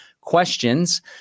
questions